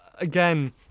Again